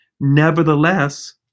nevertheless